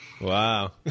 Wow